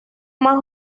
más